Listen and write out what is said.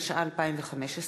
התשע"ה 2015,